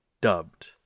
dubbed